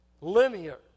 Linear